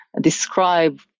describe